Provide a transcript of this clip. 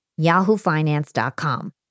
yahoofinance.com